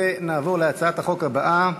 נעבור להצעת החוק הבאה,